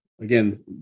again